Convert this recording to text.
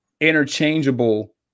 interchangeable